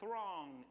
Throng